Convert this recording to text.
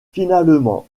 finalement